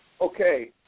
okay